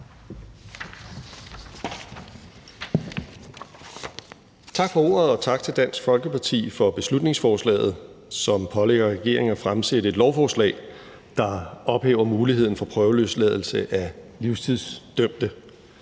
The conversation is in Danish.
Tak for ordet, og tak til Dansk Folkeparti for beslutningsforslaget, som pålægger regeringen at fremsætte et lovforslag, der ophæver muligheden for prøveløsladelse af livstidsdømte.